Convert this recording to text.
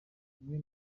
amwe